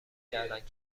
کردند